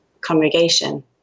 congregation